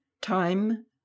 Time